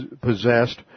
possessed